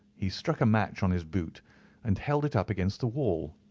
he struck a match on his boot and held it up against the wall.